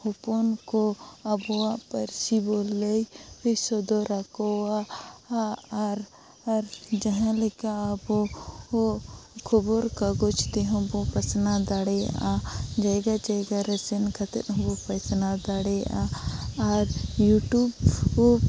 ᱦᱚᱯᱚᱱᱠᱚ ᱟᱵᱚᱣᱟᱜ ᱯᱟᱹᱨᱥᱤᱵᱚ ᱞᱟᱹᱭ ᱥᱚᱫᱚᱨᱟᱠᱚᱣᱟ ᱟᱨ ᱟᱨ ᱡᱟᱦᱟᱸᱞᱮᱠᱟ ᱟᱵᱚ ᱠᱷᱚᱵᱚᱨ ᱠᱟᱜᱚᱡᱽ ᱛᱮᱦᱚᱸᱵᱚ ᱯᱟᱥᱱᱟᱣ ᱫᱟᱲᱮᱭᱟᱜᱼᱟ ᱡᱟᱭᱜᱟ ᱡᱟᱭᱜᱟᱨᱮ ᱥᱮᱱ ᱠᱟᱛᱮᱫ ᱦᱚᱸᱵᱚ ᱯᱟᱥᱱᱟᱣ ᱫᱟᱲᱮᱭᱟᱜᱼᱟ ᱟᱨ ᱤᱭᱩᱴᱩᱵᱽ